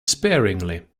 sparingly